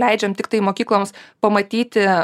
leidžiam tiktai mokykloms pamatyti